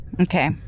Okay